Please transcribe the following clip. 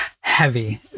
heavy